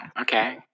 okay